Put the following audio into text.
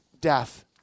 death